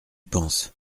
pense